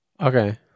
Okay